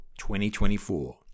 2024